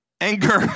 Anger